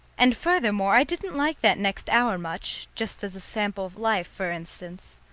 and, furthermore, i didn't like that next hour much, just as a sample of life, for instance.